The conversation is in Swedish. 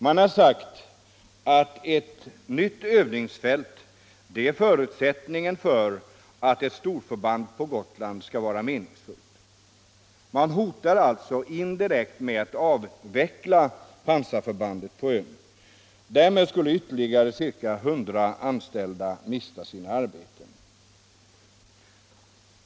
Man har sagt att ett nytt övningsfält är en förutsättning för att ett storförband på Gotland skall vara meningsfullt. Man hotar alltså indirekt med att avveckla pansarförbandet på ön. Därmed skulle ytterligare ca 100 anställda mista sina arbeten.